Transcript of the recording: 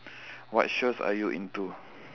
what shows are you into